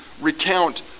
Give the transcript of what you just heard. recount